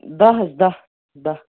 دَہ حظ دَہ دَہ